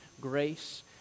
grace